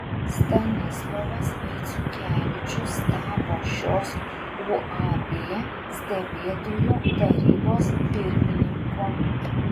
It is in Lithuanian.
stanislovas vaiciukevičius tapo šios uab stebėtojų tarybos pirmininku